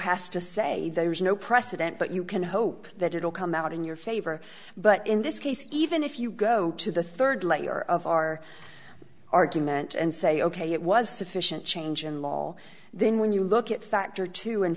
has to say there is no precedent but you can hope that it will come out in your favor but in this case even if you go to the third layer of our argument and say ok it was sufficient change in law then when you look at factor two